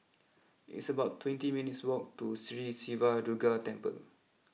it's about twenty minutes walk to Sri Siva Durga Temple